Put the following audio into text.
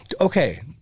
Okay